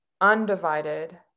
undivided